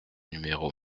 numéro